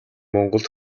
монголд